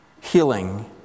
healing